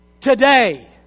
Today